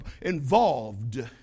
involved